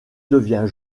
devient